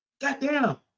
Goddamn